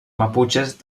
maputxes